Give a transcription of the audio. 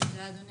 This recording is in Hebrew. תודה אדוני